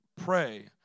pray